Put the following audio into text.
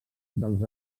dels